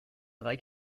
drei